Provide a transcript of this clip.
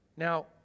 Now